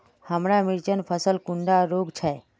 हमार मिर्चन फसल कुंडा रोग छै?